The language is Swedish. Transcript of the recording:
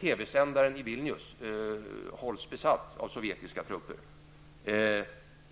TV-sändaren i Vilnius hålls besatt av sovjetiska trupper.